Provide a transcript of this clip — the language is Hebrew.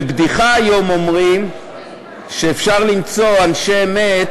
בבדיחה אומרים היום שאפשר למצוא אנשי אמת